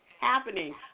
happening